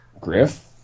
Griff